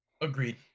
Agreed